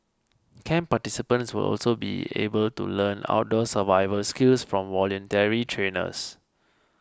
camp participants will also be able to learn outdoor survival skills from voluntary trainers